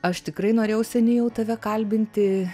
aš tikrai norėjau seniai jau tave kalbinti